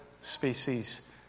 species